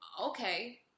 okay